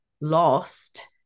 lost